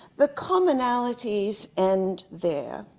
the commonalities end there.